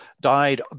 died